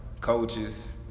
coaches